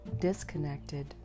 disconnected